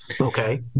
Okay